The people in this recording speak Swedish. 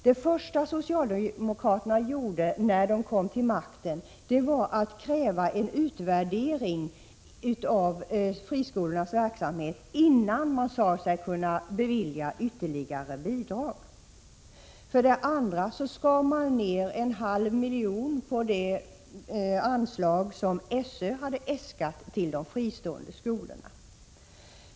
Det första socialdemokraterna gjorde när de kom till makten var att kräva en utvärdering av friskolornas verksamhet innan man sade sig kunna bevilja ytterligare bidrag. För det andra skar man ner en halv miljon på det anslag som skolöverstyrelsen hade äskat till de fristående skolorna.